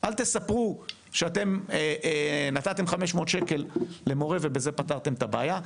אל תספרו שאתם נתתם 500 שקלים למורה ובזה פתרתם את הבעיה.